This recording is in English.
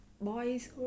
boys